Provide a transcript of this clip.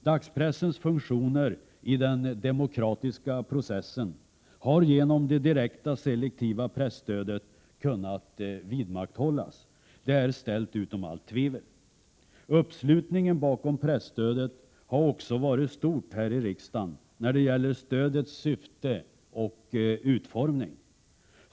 Dagspressens funktioner i den demokratiska processen har genom det direkta selektiva presstödet kunnat vidmakthållas. Detta är ställt utom allt tvivel. Uppslutningen bakom presstödet har också varit stor här i riksdagen när det gäller stödets syfte och utformning.